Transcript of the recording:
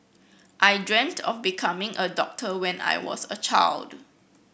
I dreamt of becoming a doctor when I was a child